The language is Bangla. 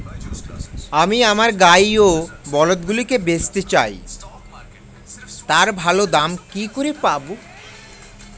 আমি আমার গাই ও বলদগুলিকে বেঁচতে চাই, তার ভালো দাম কি করে পাবো?